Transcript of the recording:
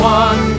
one